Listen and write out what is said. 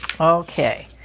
Okay